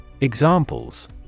Examples